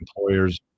employers